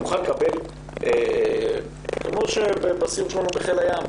אני מוכן לקבל הסבר, כמו בסיור שלנו בחיל הים,